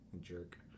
Jerk